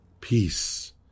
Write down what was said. peace